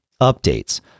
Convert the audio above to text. updates